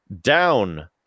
down